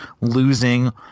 losing